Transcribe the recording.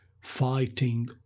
fighting